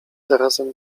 zarazem